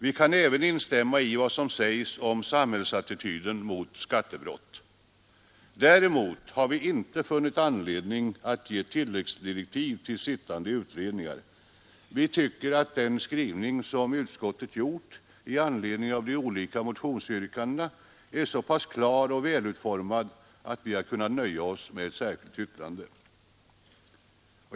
Vi kan även instämma i vad som sägs om samhällsattityden mot skattebrott. Däremot har vi inte funnit anledning att ge tilläggsdirektiv till sittande utredningar. Vi tycker att den skrivning som utskottet gjort i anledning av de olika motionsyrkandena är så pass klar och välutformad att vi kunnat nöja oss med ett särskilt yttrande.